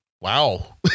wow